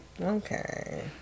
Okay